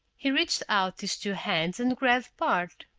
he reached out his two hands and grabbed bart.